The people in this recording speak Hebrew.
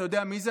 אתה יודע מי זה,